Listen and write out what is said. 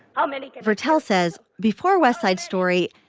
how many? viertel says before west side story,